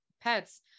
pets